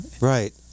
Right